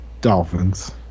Dolphins